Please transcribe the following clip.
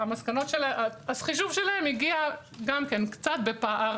החישוב שלהם הגיע קצת בפער.